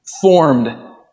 formed